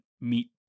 meet